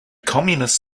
communists